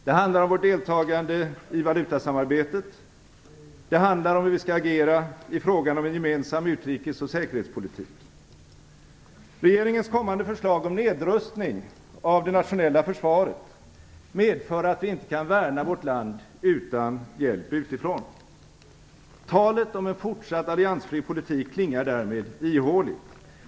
Det handlar om vårt deltagande i valutasamarbetet. Det handlar om hur vi skall agera i frågan om en gemensam utrikes och säkerhetspolitik. Regeringens kommande förslag om nedrustning av det nationella försvaret medför att vi inte kan värna vårt land utan hjälp utifrån. Talet om en fortsatt alliansfri politik klingar därmed ihåligt.